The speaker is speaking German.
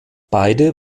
beide